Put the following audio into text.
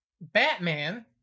Batman